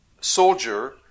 soldier